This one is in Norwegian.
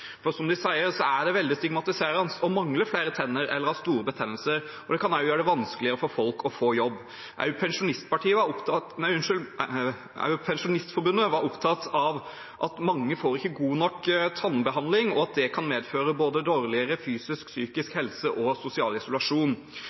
som de sier, er det veldig stigmatiserende å mangle flere tenner eller ha store betennelser. Det kan også gjøre det vanskeligere for folk å få jobb. Også Pensjonistforbundet var opptatt av at mange ikke får god nok tannbehandling, og at det kan medføre både dårligere fysisk og psykisk helse og sosial isolasjon.